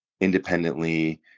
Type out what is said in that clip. independently